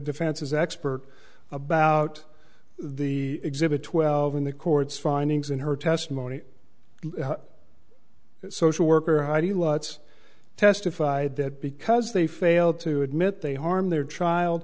defense's expert about the exhibit twelve and the court's findings in her testimony social worker how do you what's testified that because they failed to admit they harmed their child